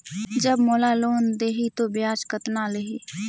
जब मोला लोन देही तो ब्याज कतना लेही?